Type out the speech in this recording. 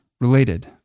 related